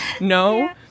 no